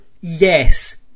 Yes